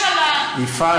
יפעת,